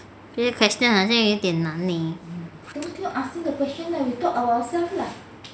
着一些 question 好像有一点难 leh